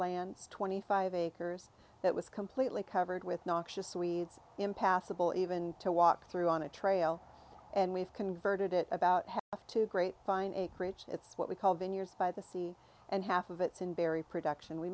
land's twenty five acres that was completely covered with noxious weeds impassable even to walk through on the trail and we've converted it about two great fine acreage it's what we call vineyards by the sea and half of it's in bury production we